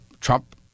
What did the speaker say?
Trump